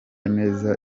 neza